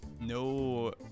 No